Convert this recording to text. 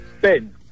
Ben